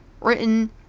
written